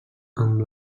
amb